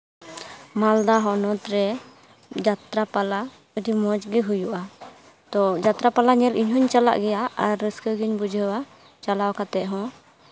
ᱢᱟᱞᱫᱟ ᱦᱚᱱᱚᱛ ᱨᱮ ᱡᱟᱛᱨᱟ ᱯᱟᱞᱟ ᱟᱹᱰᱤ ᱢᱚᱡᱽ ᱜᱮ ᱦᱩᱭᱩᱜᱼᱟ ᱛᱚ ᱡᱟᱛᱨᱟ ᱯᱟᱞᱟ ᱧᱮᱞ ᱤᱧ ᱦᱩᱧ ᱪᱟᱞᱟᱜ ᱜᱮᱭᱟ ᱟᱨ ᱨᱟᱹᱥᱠᱟᱹᱜᱤᱧ ᱵᱩᱡᱷᱟᱹᱣᱟ ᱪᱟᱞᱟᱣ ᱠᱟᱛᱮ ᱦᱚᱸ